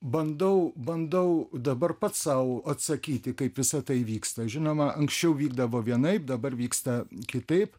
bandau bandau dabar pats sau atsakyti kaip visa tai vyksta žinoma anksčiau vykdavo vienaip dabar vyksta kitaip